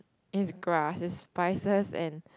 yes grass it's spices and